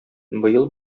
быел